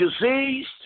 diseased